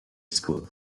school